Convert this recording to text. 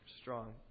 strong